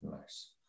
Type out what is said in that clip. Nice